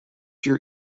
your